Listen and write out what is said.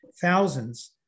thousands